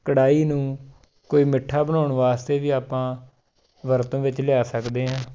ਕੜਾਹੀ ਨੂੰ ਕੋਈ ਮਿੱਠਾ ਬਣਾਉਣ ਵਾਸਤੇ ਵੀ ਆਪਾਂ ਵਰਤੋਂ ਵਿੱਚ ਲਿਆ ਸਕਦੇ ਹਾਂ